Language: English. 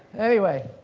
anyway,